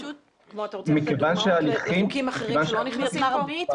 אתה רוצה לתת דוגמאות לחוקים אחרים שלא נכנסים פה?